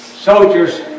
soldiers